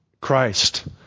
Christ